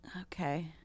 okay